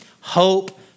Hope